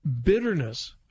bitterness